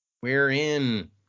wherein